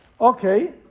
Okay